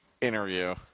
interview